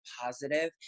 positive